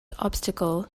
obstacle